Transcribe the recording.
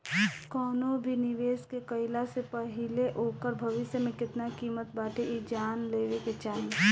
कवनो भी निवेश के कईला से पहिले ओकर भविष्य में केतना किमत बाटे इ जान लेवे के चाही